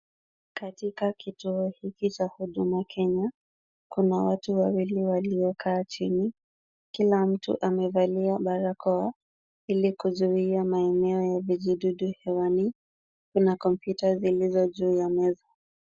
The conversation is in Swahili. Katika kituo hiki cha Huduma Kenya kuna watu wawili waliokaa chini. Kila mtu amevalia barakoa ili kuzuia maeneo ya vijidudu hewani. Kuna kompyuta zilizo juu ya meza.